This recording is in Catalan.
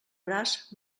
braç